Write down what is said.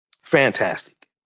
fantastic